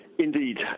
Indeed